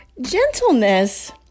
gentleness